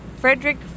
Frederick